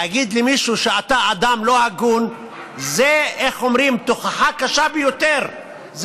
להגיד למישהו שאתה אדם לא הגון זה תוכחה קשה ביותר,